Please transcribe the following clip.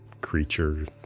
creature